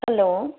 hello